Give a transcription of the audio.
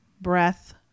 breath